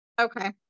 Okay